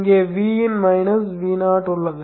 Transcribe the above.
இங்கே V in minus Vo இங்கே உள்ளது